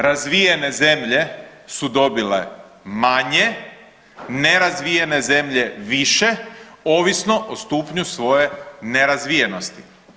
Razvijene zemlje su dobile manje, nerazvijene zemlje više ovisno o stupnju svoje nerazvijenosti.